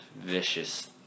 vicious